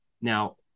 Now